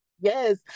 Yes